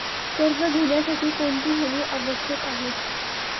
कर्ज घेण्यासाठी कोणती हमी आवश्यक आहे?